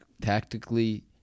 tactically